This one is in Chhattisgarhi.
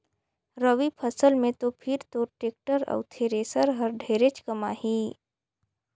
रवि फसल मे तो फिर तोर टेक्टर अउ थेरेसर हर ढेरेच कमाही